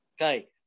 Okay